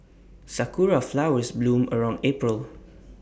Sakura Flowers bloom around April